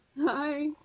Hi